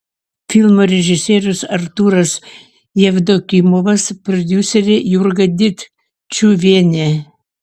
filmo režisierius artūras jevdokimovas prodiuserė jurga dikčiuvienė